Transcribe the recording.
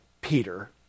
Peter